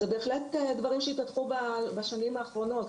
זה בהחלט דברים שהתפתחו בשנים האחרונות.